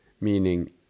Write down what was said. meaning